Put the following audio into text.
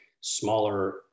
smaller